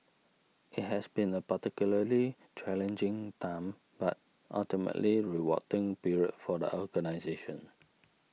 it has been a particularly challenging time but ultimately rewarding period for the organisation